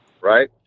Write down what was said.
right